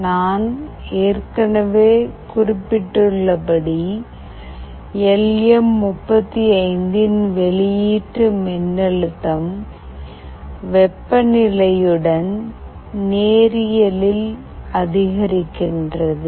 நான் ஏற்கனவே குறிப்பிட்டுள்ளபடி எல் எம் 35 யின் வெளியீட்டு மின்னழுத்தம் வெப்பநிலையுடன் நேரியலில் அதிகரிக்கிறது